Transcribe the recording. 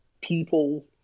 people